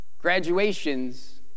Graduations